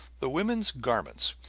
the women's garments,